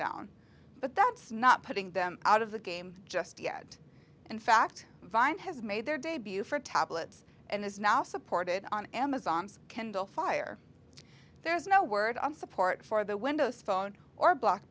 down but that's not putting them out of the game just yet in fact vine has made their debut for tablets and is now supported on amazon's kindle fire there's no word on support for the windows phone or